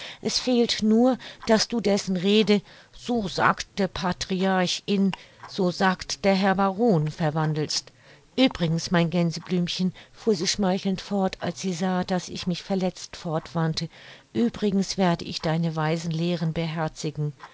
es fehlt nur daß du dessen rede so sagt der patriarch in so sagt der herr baron verwandelst uebrigens mein gänseblümchen fuhr sie schmeichelnd fort als sie sah daß ich mich verletzt fortwandte übrigens werde ich deine weisen lehren beherzigen